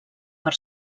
per